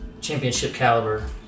Championship-caliber